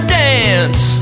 dance